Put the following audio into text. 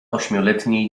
ośmioletniej